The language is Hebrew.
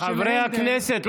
חברי הכנסת,